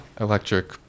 Electric